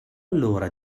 allora